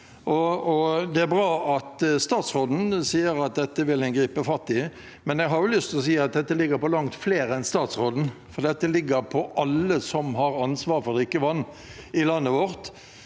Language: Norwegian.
Det er bra at statsråden sier at en vil gripe fatt i dette, men jeg har lyst til å si at dette ansvaret ligger til langt flere enn statsråden. Dette ligger til alle som har ansvar for drikkevann i landet vårt.